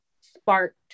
sparked